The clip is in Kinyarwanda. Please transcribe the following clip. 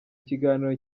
kiganiro